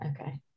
Okay